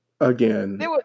again